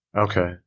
Okay